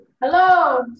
hello